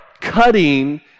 cutting